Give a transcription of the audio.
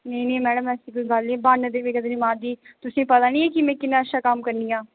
नेईं नेईं मैडम ऐसी कोई गल्ल नीं ब्हाने ते में नेईं मारदी तुसेंगी पता नीं ऐ केह् में कि'न्ना अच्छा कम्म करनियां